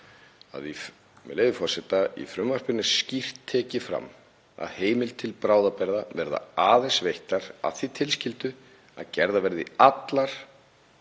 með leyfi forseta: „Í frumvarpinu er skýrt tekið fram að heimildir til bráðabirgða verði aðeins veittar að því tilskildu að gerðar verði allar